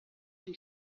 can